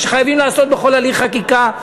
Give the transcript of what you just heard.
מה שחייבים לעשות בכל הליך חקיקה.